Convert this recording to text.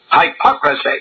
hypocrisy